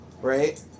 Right